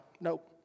nope